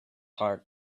heart